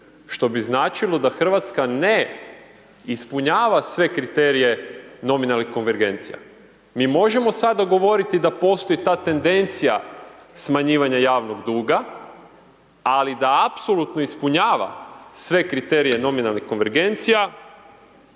što bi značilo da Hrvatska ne ispunjava sve kriterije nominalnih konvergencija. Mi možemo sada govoriti da postoji ta tendencija smanjivanja javnog duga, ali da apsolutno ispunjava sve kriterije nominalne konvergencije,